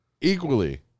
Equally